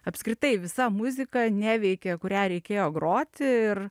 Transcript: apskritai visa muzika neveikė kurią reikėjo groti ir